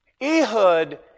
Ehud